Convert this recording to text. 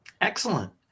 Excellent